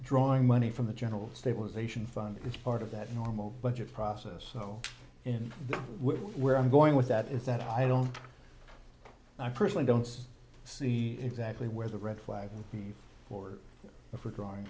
drawing money from the general stabilization fund it was part of that normal budget process so in the with where i'm going with that is that i don't i personally don't see exactly where the red flag will be for the for drawing